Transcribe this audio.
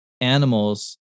animals